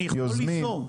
אני יכול ליזום,